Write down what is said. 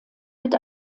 mit